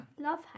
Love